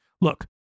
Look